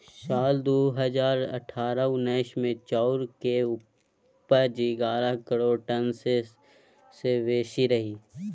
साल दु हजार अठारह उन्नैस मे चाउर केर उपज एगारह करोड़ टन सँ सेहो बेसी रहइ